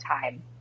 time